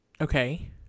Okay